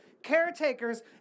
caretakers